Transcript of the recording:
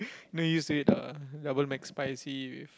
know you say the Double McSpicy with